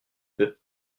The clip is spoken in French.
peu